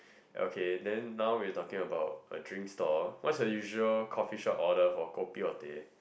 okay then now we're talking about a drink stall what's your usual coffeeshop order for kopi or teh